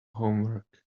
homework